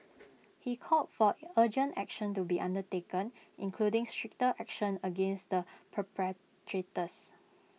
he called for urgent action to be undertaken including stricter action against the perpetrators